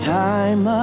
time